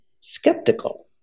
skeptical